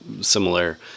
similar